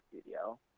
studio